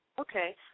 Okay